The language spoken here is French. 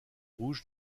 rouge